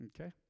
Okay